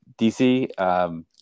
DC